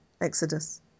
Exodus